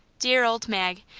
dear old mag!